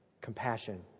Compassion